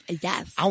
Yes